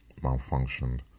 malfunctioned